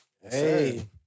Hey